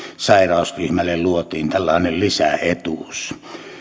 sairausryhmälle luotiin tällainen lisäetuus